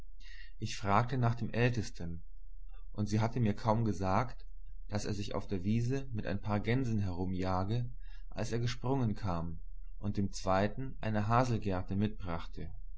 ich fragte nach dem ältesten und sie hatte mir kaum gesagt daß er sich auf der wiese mit ein paar gänsen herumjage als er gesprungen kam und dem zweiten eine haselgerte mitbrachte